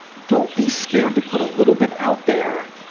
don't be scared to put a little bit out there,